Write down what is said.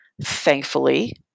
Thankfully